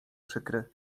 przykry